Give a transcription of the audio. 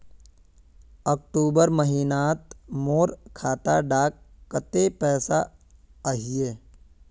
अक्टूबर महीनात मोर खाता डात कत्ते पैसा अहिये?